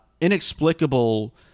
inexplicable